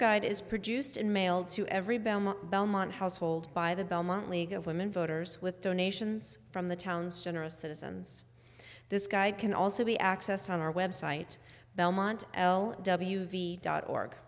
guide is produced in mailed to every belmont belmont household by the belmont league of women voters with donations from the town's general citizens this guy can also be accessed on our website belmont l w v dot org